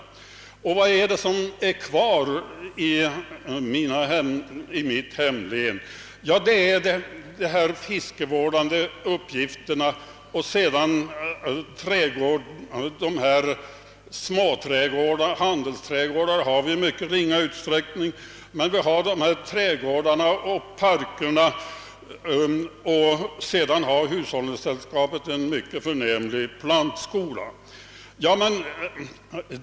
Vad är det då som blir kvar? I mitt hemlän är det de fiskevårdande uppgifterna, trädgårdar och parker, och vidare har hushållningssällskapet en mycket förnämlig plantskola — handelsträdgårdar har vi i mycket ringa utsträckning.